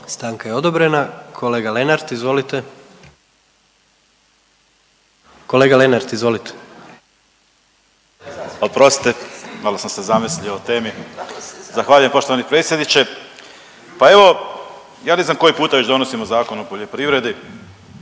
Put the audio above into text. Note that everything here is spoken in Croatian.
Stanka je odobrena. Kolega Lenart, izvolite. Kolega Lenart, izvolite. **Lenart, Željko (HSS)** Oprostite, malo sam se zamislio o temi. Zahvaljujem poštovani predsjedniče. Pa evo, ja ne znam koji puta već donosimo Zakon o poljoprivredi,